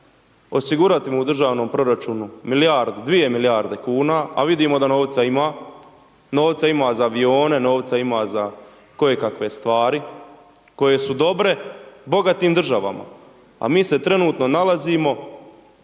osigurati mu u državnom proračunu milijardu, dvije milijarde kuna, a vidimo da novca ima, novca ima za avione, novca ima za kojekakve stvari koje su dobre bogatim državama, a mi se trenutno nalazimo